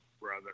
brother